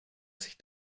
sich